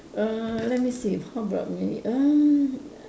err let me see how about me erm